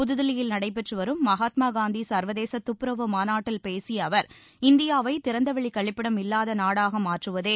புதுதில்லியில் நடைபெற்றுவரும் மகாத்மா காந்தி சர்வதேச துப்புரவு மாநாட்டில் பேசிய அவர் இந்தியாவை திறந்தவெளி கழிப்பிடம் இல்லாத நாடாக மாற்றுவதே